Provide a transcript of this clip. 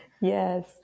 yes